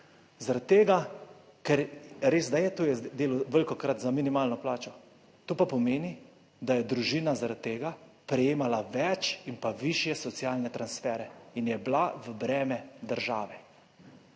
tega, ker je res, da je tujec delal velikokrat za minimalno plačo, to pa pomeni, da je družina, zaradi tega prejemala več in pa višje socialne transfere in je bila v breme države.